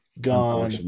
gone